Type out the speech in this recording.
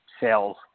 sales